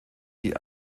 die